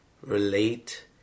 relate